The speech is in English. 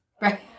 Right